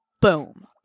Boom